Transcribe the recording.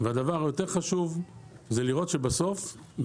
והדבר היותר חשוב זה לראות שהתוכניות